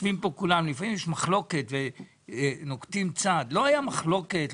לפעמים יש מחלוקת ונוקטים צעד אבל לא הייתה מחלוקת,